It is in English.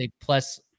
plus